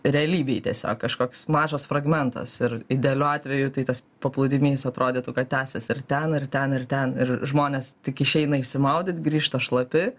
realybėj tiesiog kažkoks mažas fragmentas ir idealiu atveju tai tas paplūdimys atrodytų kad tęsiasi ir ten ir ten ir ten ir žmonės tik išeina išsimaudyt grįžta šlapi